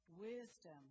wisdom